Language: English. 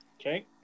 Okay